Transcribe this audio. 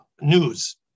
news